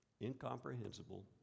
incomprehensible